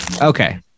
Okay